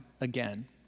again